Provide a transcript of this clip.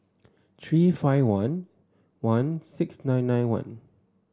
three five one one six nine nine one